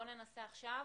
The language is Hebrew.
בוא ננסה עכשיו.